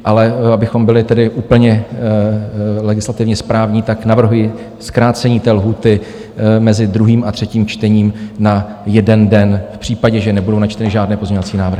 Ale abychom byli tedy úplně legislativně správní, navrhuji zkrácení té lhůty mezi druhým a třetím čtením na 1 den v případě, že nebudou načteny žádné pozměňovací návrhy.